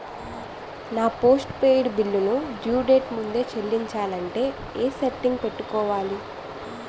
నా postpaid bill due date ముందే చెల్లించాలంటే ఎ సెట్టింగ్స్ పెట్టుకోవాలి?